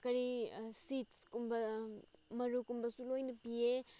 ꯀꯔꯤ ꯁꯤꯠꯁ ꯀꯨꯝꯕ ꯃꯔꯨ ꯀꯨꯝꯕꯁꯨ ꯂꯣꯏꯅ ꯄꯤꯌꯦ